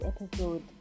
episode